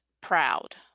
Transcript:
proud